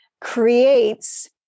creates